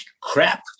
crap